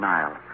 Nile